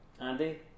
Andy